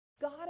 God